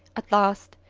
at last,